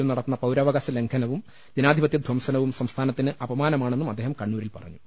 യും നടത്തുന്ന പൌരാവകാശ ലംഘനവും ജനാധിപത്യ ധംസനവും സംസ്ഥാത്തിന് അപമാന മാണെന്നും അദ്ദേഹം കണ്ണൂരിൽ പറഞ്ഞു